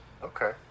okay